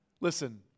Listen